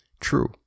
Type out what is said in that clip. true